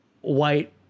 white